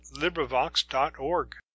LibriVox.org